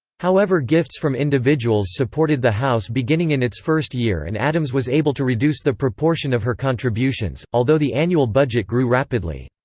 however gifts from individuals supported the house beginning in its first year and addams was able to reduce the proportion of her contributions, although the annual budget grew rapidly.